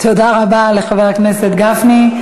תודה רבה לחבר הכנסת גפני.